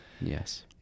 Yes